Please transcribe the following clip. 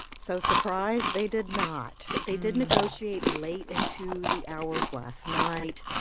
so surprise they did not. they did negotiate late into the hours last night.